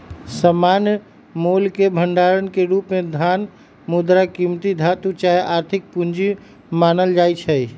सामान्य मोलके भंडार के रूप में धन, मुद्रा, कीमती धातु चाहे आर्थिक पूजी मानल जाइ छै